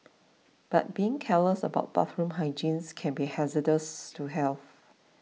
but being careless about bathroom hygiene can be hazardous to health